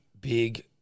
Big